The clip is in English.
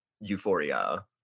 euphoria